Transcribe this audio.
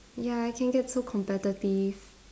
ya it can get so competitive